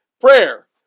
prayer